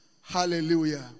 Hallelujah